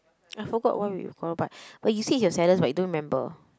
I forgot why we quarrel but but you say you saddest but you don't remember